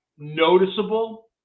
noticeable